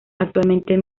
actualmente